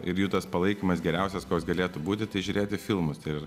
ir jų tas palaikymas geriausias koks galėtų būti tai žiūrėti filmus ir